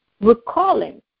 recalling